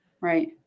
Right